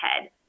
head